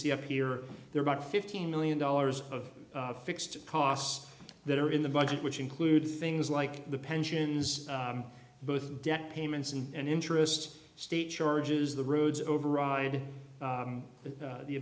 see up here there are about fifteen million dollars of fixed costs that are in the budget which include things like the pensions both debt payments and interest state charges the roads override